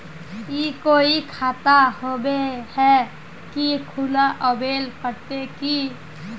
ई कोई खाता होबे है की खुला आबेल पड़ते की?